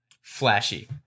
Flashy